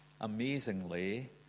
amazingly